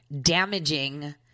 damaging